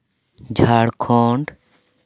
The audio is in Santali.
ᱡᱷᱟᱲᱠᱷᱚᱸᱰ